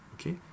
okay